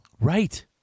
Right